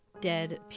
dead